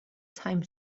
time